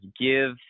give